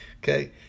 Okay